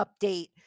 update